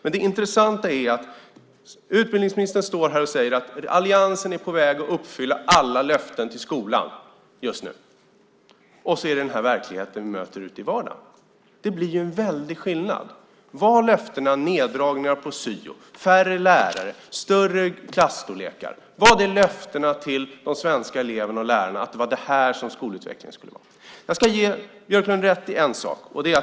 Det intressanta är att utbildningsministern säger att alliansen är på väg att uppfylla alla löften till skolan och så möter vi en helt annan verklighet ute i vardagen. Skillnaden är stor. Var löftena neddragningar på syo, färre lärare och större klasser? Var löftena till de svenska eleverna och lärarna om skolutveckling detta? Jag ska ge Björklund rätt i en sak.